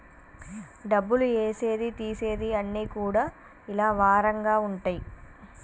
డబ్బులు ఏసేది తీసేది అన్ని కూడా ఇలా వారంగా ఉంటయి